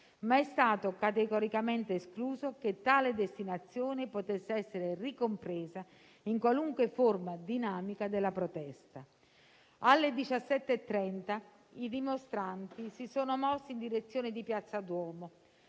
ma è stato categoricamente escluso che tale destinazione potesse essere ricompresa in qualunque forma dinamica della protesta. Alle 17,30 i dimostranti si sono mossi in direzione di Piazza Duomo,